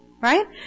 Right